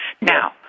now